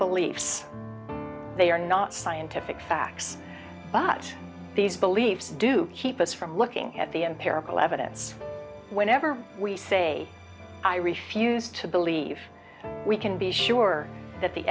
beliefs they are not scientific facts but these beliefs do keep us from looking at the empirical evidence whenever we say i refuse to believe we can be sure that the